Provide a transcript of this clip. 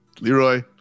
Leroy